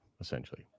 essentially